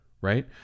Right